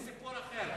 זה סיפור אחר.